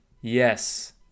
Yes